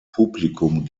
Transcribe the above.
publikum